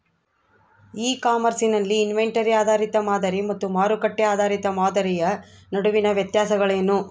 E commerce ನಲ್ಲಿ inventory ಆಧಾರಿತ ಮಾದರಿ ಮತ್ತು ಮಾರುಕಟ್ಟೆ ಆಧಾರಿತ ಮಾದರಿಯ ನಡುವಿನ ವ್ಯತ್ಯಾಸಗಳೇನು?